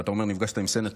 ואתה אומר שנפגשת עם סנטור,